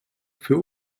für